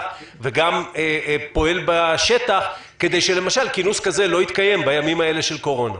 וגם פועל בשטח כדי שכינוס כזה לא יתקיים בימים האלה של קורונה.